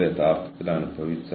യഥാർത്ഥ മാതൃക പേപ്പറിലുണ്ട്